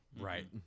Right